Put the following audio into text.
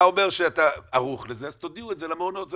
אתה אומר שאתה ערוך לזה אז תודיעו את זה למעונות,